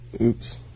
Oops